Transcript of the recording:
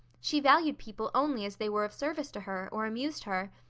she valued people only as they were of service to her or amused her.